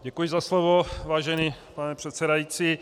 Děkuji za slovo, vážený pane předsedající.